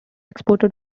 exported